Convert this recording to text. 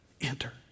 enter